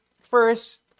first